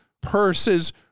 purses